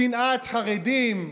שנאת חרדים,